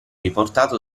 riportato